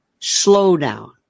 slowdown